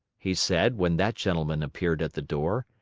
he said, when that gentleman appeared at the door,